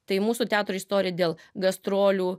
tai mūsų teatro istorijai dėl gastrolių